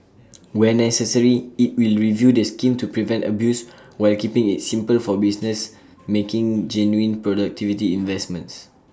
where necessary IT will review the scheme to prevent abuse while keeping IT simple for businesses making genuine productivity investments